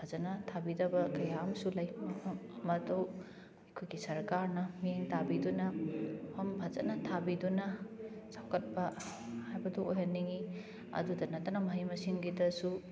ꯐꯖꯅ ꯊꯥꯕꯤꯗꯕ ꯀꯌꯥ ꯑꯃꯁꯨ ꯂꯩ ꯃꯐꯝ ꯃꯗꯨ ꯑꯈꯣꯏꯒꯤ ꯁꯔꯀꯥꯔꯅ ꯃꯤꯠꯌꯦꯡ ꯇꯥꯕꯤꯗꯨꯅ ꯃꯐꯝ ꯐꯖꯅ ꯊꯥꯕꯤꯗꯨꯅ ꯆꯥꯎꯈꯠꯄ ꯍꯥꯏꯕꯗꯨ ꯑꯣꯏꯍꯟꯅꯤꯡꯉꯤ ꯑꯗꯨꯇ ꯅꯠꯇꯅ ꯃꯍꯩ ꯃꯁꯤꯡꯒꯤꯗꯁꯨ